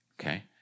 okay